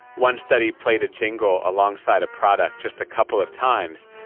one study played a jingle alongside a product just a couple of times.